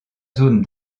zone